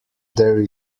there